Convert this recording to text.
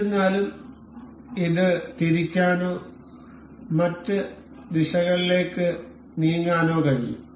എന്നിരുന്നാലും ഇത് തിരിക്കാനോ മറ്റ് ദിശകളിലേക്ക് നീങ്ങാനോ കഴിയും